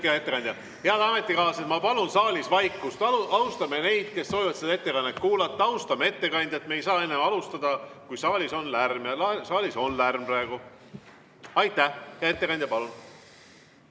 hea ettekandja! Head ametikaaslased, ma palun saalis vaikust! Austame neid, kes soovivad seda ettekannet kuulata, ja austame ettekandjat! Me ei saa alustada, kui saalis on lärm. Saalis on lärm praegu. Aitäh! Hea ettekandja, palun!